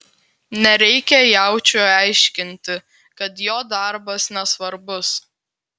nereikia jaučiui aiškinti kad jo darbas nesvarbus